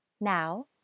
Now